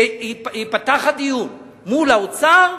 שייפתח הדיון מול האוצר,